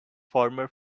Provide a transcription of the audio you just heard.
former